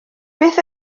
beth